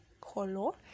color